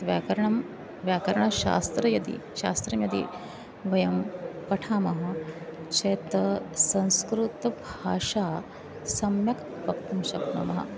व्याकरणं व्याकरणशास्त्रं यदि शास्त्रं यदि वयं पठामः चेत् संस्कृतभाषा सम्यक् वक्तुं शक्नुमः